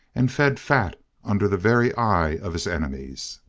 and fed fat under the very eye of his enemies.